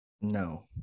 No